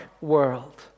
world